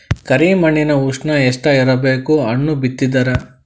ಕರಿ ಮಣ್ಣಿನ ಉಷ್ಣ ಎಷ್ಟ ಇರಬೇಕು ಹಣ್ಣು ಬಿತ್ತಿದರ?